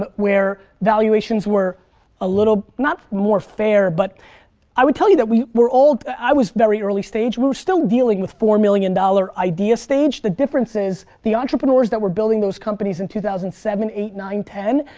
but where valuations were a little not more fair, but i would tell you that we were all i was very early stage, we were still dealing with four million dollar idea stage, the difference is the entrepreneurs that were building those companies in two thousand and seven, eight, nine, ten,